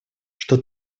что